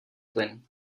plyn